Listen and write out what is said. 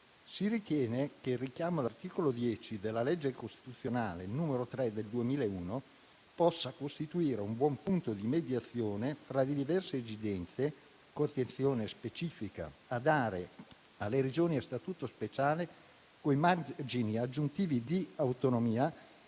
Si ritiene che il richiamo all'articolo 10 della legge costituzionale n. 3 del 2001 possa costituire un buon punto di mediazione fra le diverse esigenze con l'intenzione specifica di dare alle Regioni a Statuto speciale quei margini aggiuntivi di autonomia